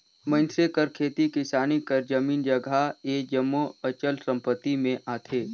मइनसे कर खेती किसानी कर जमीन जगहा ए जम्मो अचल संपत्ति में आथे